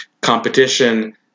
competition